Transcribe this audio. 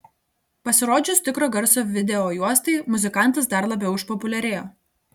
pasirodžius tikro garso videojuostai muzikantas dar labiau išpopuliarėjo